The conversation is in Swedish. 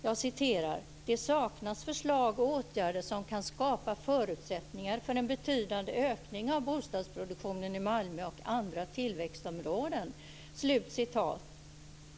Det heter bl.a.: "Det saknas förslag och åtgärder som kan skapa förutsättningar för en betydande ökning av bostadsproduktionen i Malmö och andra tillväxtområden."